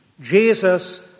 Jesus